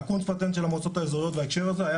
הקונץ פטנט של המועצות האזוריות בהקשר הזה היה